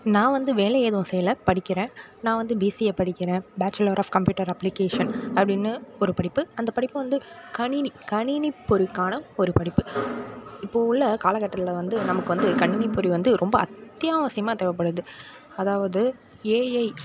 நான் வந்து வேலை எதுவும் செய்யல படிக்கிறேன் நான் வந்து பிசிஏ படிக்கிறேன் பேச்சிலர் ஆஃப் கம்பியூட்டர் அப்ளிகேஷன் அப்படின்னு ஒரு படிப்பு அந்த படிப்பு வந்து கணினி கணினிப்பொறிக்கான ஒரு படிப்பு இப்போது உள்ள காலக்கட்டத்தில் வந்து நமக்கு வந்து கணினிப்பொறி வந்து ரொம்ப அத்தியாவசியமாக தேவைப்படுது அதாவது ஏஐ